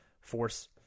force